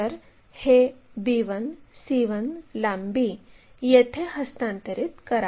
तर हे b1 c1 लांबी येथे हस्तांतरित करा